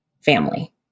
family